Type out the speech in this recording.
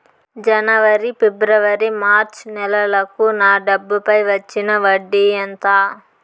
జనవరి, ఫిబ్రవరి, మార్చ్ నెలలకు నా డబ్బుపై వచ్చిన వడ్డీ ఎంత